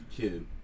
kid